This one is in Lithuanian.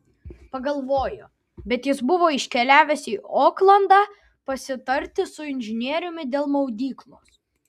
pagalvojo bet jis buvo iškeliavęs į oklandą pasitarti su inžinieriumi dėl maudyklos